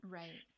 right